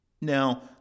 Now